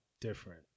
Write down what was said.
different